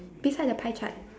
beside the pie chart